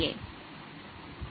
yR v2 v1v2v1x yI yT 2v2v2v1x yI